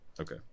Okay